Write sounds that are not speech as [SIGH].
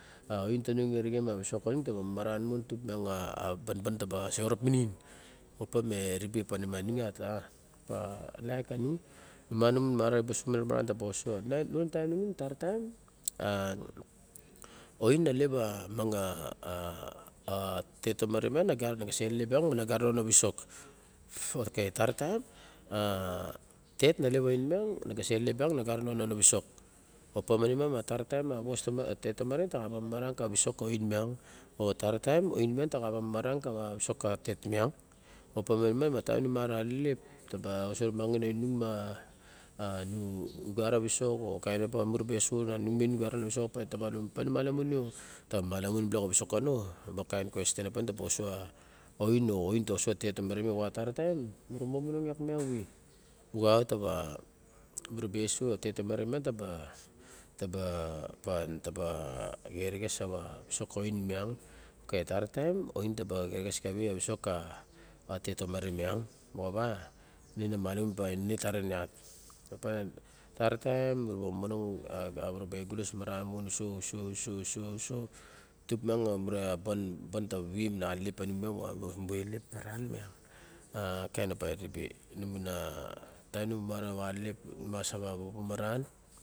A oin ta nung arien ma visok ka nung taba mamaran maon tuk miang a banban ta ba sexorab minim. Opa me ribe opa mania ung uat. Pa laik ka nung nu malamun ma marawa ebese [UNINTELLIGIBLE] taba ose. A lion a taim ningin tarataim a oin na lep a miang [HESITATION] tetomare miang na ga elelep ban ma na gat ona visok. Opa manima ma tarataim a wos tamare a tet tomare ta xa ba ma maran ta wa visok ka oin miang. O tara taim oin miang ta xa ba mamaran ta wa visok ka ktet miang. Opa ma taim numarawa alelep, ta be aso rumanguing unung ma nugat a visok o kain opa, mura ba eso nan mung na gat a layusen pisok opiang nu malamun lo ta ba malamun bilok a visok kano. Ta ba kain questen opa ta ba ose oin o oin taba oso a tetomare moxawa tarataim muramomonong iak miang. Nu xa iat ta wa oso a tetomare miang ta ba ta ba [HESITATION] xerexes sa wa visok ka oin miang. Okay tara taim oin ta be xerexes kawe a visok ka tetomare miang. Moxawa iune na ma lamun opa ine taren iat. Opa tarataim my raba egulas maran mon uso, uso, uso, uso, uso tuk miang mu ra ban tavin a alelep pa nimu moxawa mu ga alelep maran miang. A kain opa eribe a taim opa numarawa alelep nu mas sa wa bobo maran.